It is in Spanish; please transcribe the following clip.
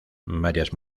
varias